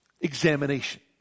examination